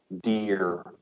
deer